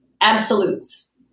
absolutes